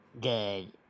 good